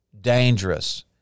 dangerous